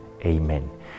Amen